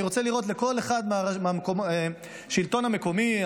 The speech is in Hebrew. אני רוצה לראות לכל אחד מהשלטון המקומי,